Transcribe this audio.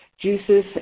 juices